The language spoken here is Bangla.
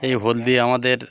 এই হলদি আমাদের